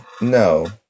No